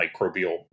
microbial